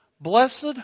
blessed